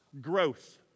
growth